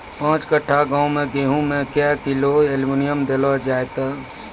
पाँच कट्ठा गांव मे गेहूँ मे क्या किलो एल्मुनियम देले जाय तो?